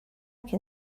can